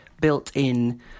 built-in